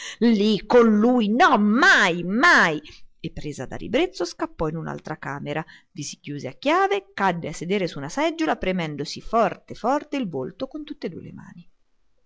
lì con lui no mai mai e presa da ribrezzo scappò in un'altra camera vi si chiuse a chiave cadde a sedere su una seggiola premendosi forte forte il volto con tutt'e due le mani